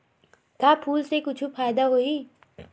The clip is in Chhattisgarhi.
का फूल से कुछु फ़ायदा होही?